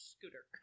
Scooter